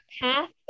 path